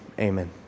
Amen